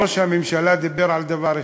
ראש הממשלה דיבר על דבר אחד,